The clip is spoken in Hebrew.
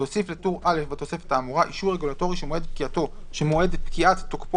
להוסיף לטור א' בתוספת האמורה אישור רגולטורי שמועד פקיעת תוקפו